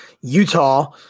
Utah